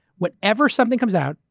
whatever something comes out,